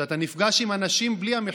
שאתה נפגש עם אנשים בלי המחיצות.